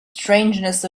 strangeness